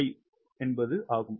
5 ஆகும்